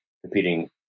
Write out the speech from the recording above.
competing